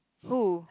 who